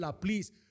Please